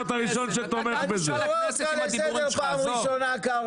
שלמה קרעי, אני קורא אותך לסדר בפעם הראשונה.